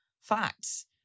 facts